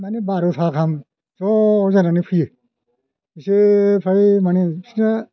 माने बार'था गाहाम ज' जानानै फैयो बिसोर फ्राय माने बिसोरना